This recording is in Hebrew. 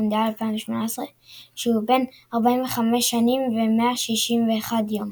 במונדיאל 2018 כשהוא בן 45 שנים ו-161 יום.